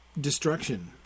destruction